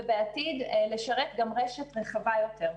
ובעתיד לשרת גם רשת רחבה יותר.